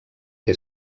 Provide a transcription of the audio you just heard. què